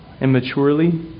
immaturely